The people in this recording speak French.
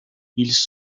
ils